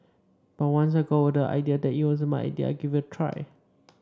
but once I got over the idea that it wasn't my idea I gave it a try